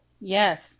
yes